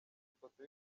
ifoto